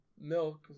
milk